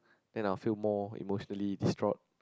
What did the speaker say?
then I'll feel more emotionally destroyed